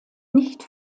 nicht